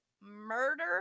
Murder